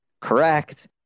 correct